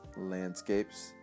landscapes